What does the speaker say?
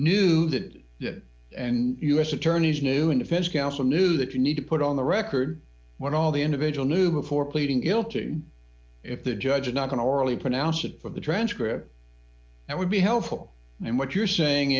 knew that and u s attorneys knew in defense counsel knew that you need to put on the record what all the individual knew before pleading guilty if the judge is not going to orally pronounce it from the transcript and would be helpful and what you're saying